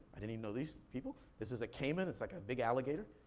i didn't even know these people. this is a caiman, it's like a big alligator.